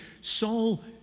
Saul